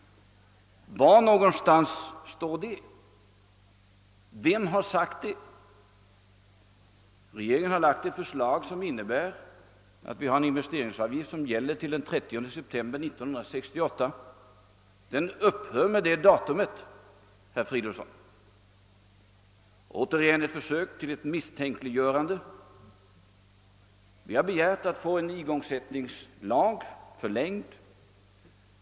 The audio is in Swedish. Var står det någonstans? Vem har sagt det? Regeringen har lagt ett förslag innebärande att investeringsavgift utgår t.o.m. den 30 september 1968. Efter nämnda datum upphör avgiften, herr Fridolfsson! Det är åter ett försök till misstänkliggörande att ifrågasätta den saken. Vi har begärt att få igångsättningslagen förlängd.